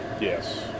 Yes